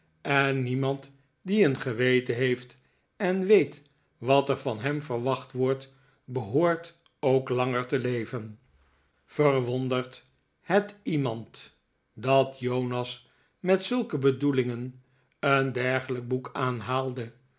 en niemand die een geweten heeft en weet wat er van hem verwacht wordt behoort ook langer te leven verwondert het iemand dat jonas met zulke bedoelingen een dergelijk boek